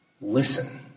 Listen